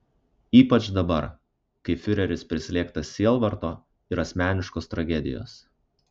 ypač dabar kai fiureris prislėgtas sielvarto ir asmeniškos tragedijos